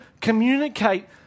communicate